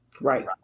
Right